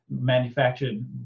manufactured